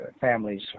families